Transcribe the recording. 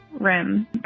rim